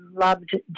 loved